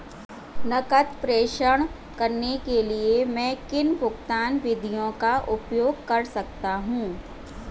नकद प्रेषण करने के लिए मैं किन भुगतान विधियों का उपयोग कर सकता हूँ?